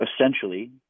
essentially